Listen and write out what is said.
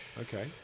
okay